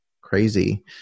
crazy